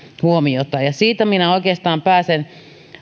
huomiota siitä oikeastaan pääsen